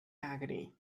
agony